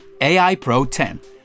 AIPRO10